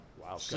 wow